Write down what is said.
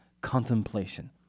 Contemplation